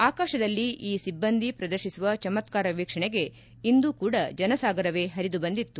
ಆಕಾಶದಲ್ಲಿ ಈ ಸಿಬ್ಬಂದಿ ಪ್ರದರ್ಶಿಸುವ ಚಮತ್ಕಾರ ವೀಕ್ಷಣೆಗೆ ಇಂದೂ ಕೂಡ ಜನಸಾಗರವೇ ಪರಿದು ಬಂದಿತ್ತು